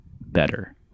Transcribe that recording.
better